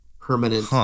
permanent